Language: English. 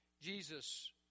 Jesus